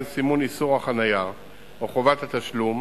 סימון איסור החנייה או חובת התשלום